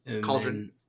Cauldron